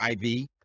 IV